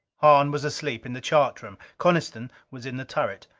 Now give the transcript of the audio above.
hahn was asleep in the chart room. coniston was in the turret.